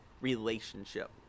relationship